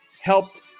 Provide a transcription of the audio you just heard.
helped